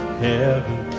heaven